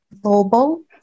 global